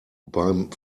beim